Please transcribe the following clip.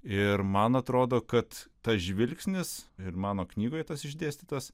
ir man atrodo kad tas žvilgsnis ir mano knygoje tas išdėstytas